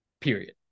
period